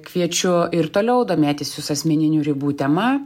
kviečiu ir toliau domėtis jūsų asmeninių ribų tema